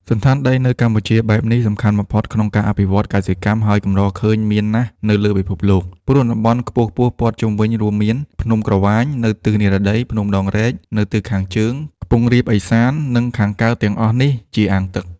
សណ្ឋានដីនៅកម្ពុជាបែបនេះសំខាន់បំផុតក្នុងការអភិវឌ្ឍន៍កសិកម្ម ហើយកម្រឃើញមានណាស់នៅលើពិភពលោក ព្រោះតំបន់ខ្ពស់ៗព័ទ្ធជំវិញរួមមាន ភ្នំក្រវាញ នៅទិសនិរតី ភ្នំដងរែកនៅទិសខាងជើងខ្ពង់រាបឦសាន និងខាងកើតទាំងអស់នេះជាអាងទឹក។